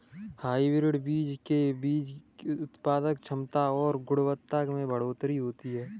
hybrid बीज से बीज की उत्पादन क्षमता और गुणवत्ता में बढ़ोतरी होती है